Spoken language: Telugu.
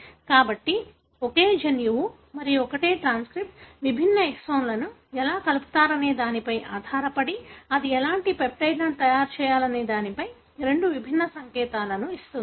కాబట్టి ఒకే జన్యువు మరియు ఒకే ట్రాన్స్క్రిప్ట్ విభిన్న ఎక్సోన్లను ఎలా కలుపుతారనే దానిపై ఆధారపడి అది ఎలాంటి పెప్టైడ్ను తయారు చేయాలనే దానిపై రెండు విభిన్న సంకేతాలను ఇస్తుంది